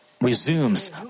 resumes